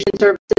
services